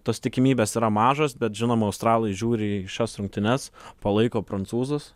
tos tikimybės yra mažos bet žinoma australai žiūri į šias rungtynes palaiko prancūzus